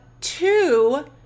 two